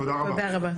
תודה רבה.